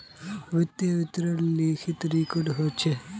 वित्तीय विवरण लिखित रिकॉर्ड ह छेक